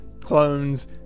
clones